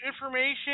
information